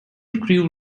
crew